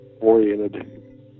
oriented